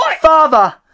Father